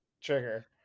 trigger